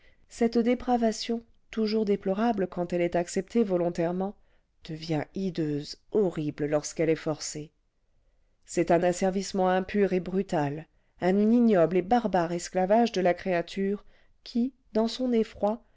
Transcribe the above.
cette dépravation toujours déplorable quand elle est acceptée volontairement devient hideuse horrible lorsqu'elle est forcée c'est un asservissement impur et brutal un ignoble et barbare esclavage de la créature qui dans son effroi